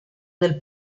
del